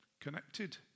connected